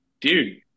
dude